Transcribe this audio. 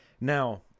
now